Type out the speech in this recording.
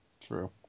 True